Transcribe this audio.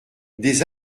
des